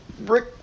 Rick